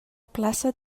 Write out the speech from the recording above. plaça